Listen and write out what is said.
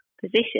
position